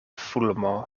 fulmo